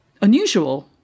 unusual